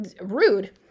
rude